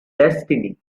destiny